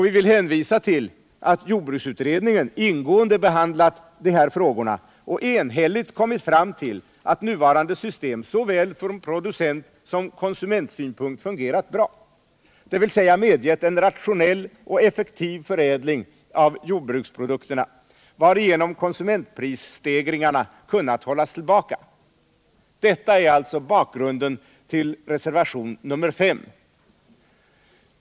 Vi vill hänvisa till att jordbruksutredningen ingående behandlat de här frågorna och enhälligt kommit fram till att nuvarande system från såväl producentsom konsumentsynpunkt fungerat bra, dvs. medgett en rationell och effektiv förädling av jordbruksprodukterna, varigenom konsumentprisstegringarna kunnat hållas tillbaka. Detta är alltså bakgrunden till reservationen 5.